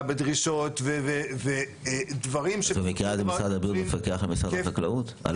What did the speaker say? בדרישות ודברים --- במקרה הזה משרד הבריאות מפקח על התאגיד?